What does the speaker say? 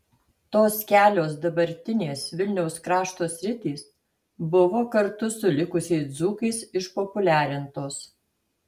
tos kelios dabartinės vilniaus krašto sritys buvo kartu su likusiais dzūkais išpopuliarintos